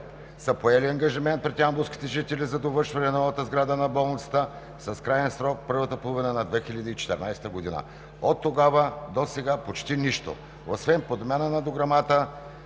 са поели ангажимент пред ямболските жители за довършване на новата сграда на болницата с краен срок първата половина на 2014 г. Оттогава досега – почти нищо, освен подмяна на дограмата